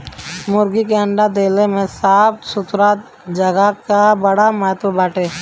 मुर्गी के अंडा देले में साफ़ सुथरा जगह कअ बड़ा महत्व बाटे